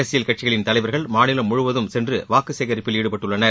அரசியல்கட்சிகளின் தலைவர்கள் மாநிலம் முழுவதும் சென்று வாக்கு சேகரிப்பில் ஈடுபட்டுள்ளார்கள்